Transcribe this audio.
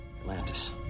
Atlantis